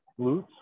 glutes